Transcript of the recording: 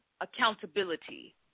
accountability